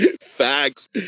facts